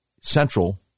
Central